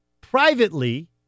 privately